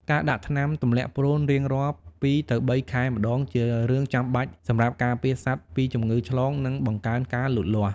ការដាក់ថ្នាំទម្លាក់ព្រូនរៀងរាល់ពីរទៅបីខែម្ដងជារឿងចាំបាច់សម្រាប់ការពារសត្វពីជំងឺឆ្លងនិងបង្កើនការលូតលាស់។